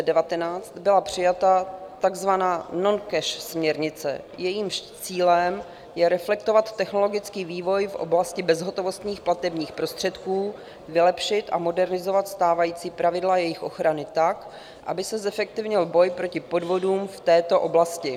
17. dubna 2019 byla přijata takzvaná noncash směrnice, jejímž cílem je reflektovat technologický vývoj v oblasti bezhotovostních platebních prostředků, vylepšit a modernizovat stávající pravidla jejich ochrany tak, aby se zefektivnil boj proti podvodům v této oblasti.